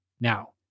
Now